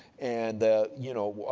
and the, you know,